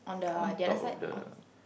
on top of the